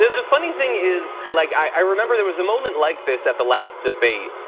the funny thing is like i remember there was a moment like this at the last debate,